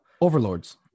overlords